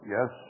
Yes